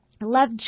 Love